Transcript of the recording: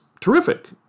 terrific